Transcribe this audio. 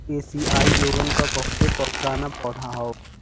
एसिआई लोगन क बहुते पुराना पौधा हौ